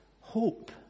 hope